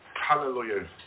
Hallelujah